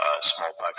smallpox